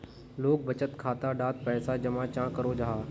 लोग बचत खाता डात पैसा जमा चाँ करो जाहा?